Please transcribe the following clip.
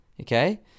okay